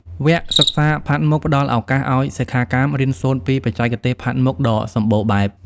វគ្គសិក្សាផាត់មុខ ផ្តល់ឱកាសឱ្យសិក្ខាកាមរៀនសូត្រពីបច្ចេកទេសផាត់មុខដ៏សម្បូរបែប។